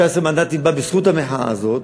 ו-19 המנדטים באו בזכות המחאה הזאת,